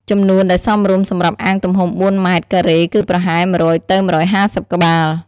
ចំនួនដែលសមរម្យសម្រាប់អាងទំហំ ៤ ម៉ែត្រការ៉េគឺប្រហែល ១០០ ទៅ ១៥០ ក្បាល។